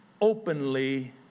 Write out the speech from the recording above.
openly